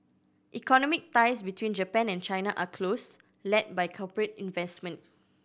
economic ties between Japan and China are close led by corporate investment